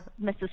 Mrs